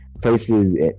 places